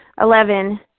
Eleven